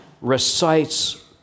recites